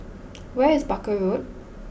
where is Barker Road